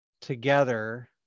together